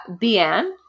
Bian